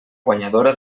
guanyadora